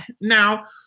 Now